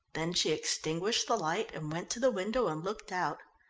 then she extinguished the light and went to the window and looked out.